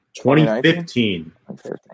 2015